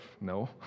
No